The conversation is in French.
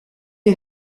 est